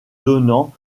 donnant